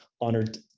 honored